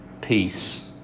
Peace